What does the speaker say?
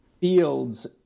fields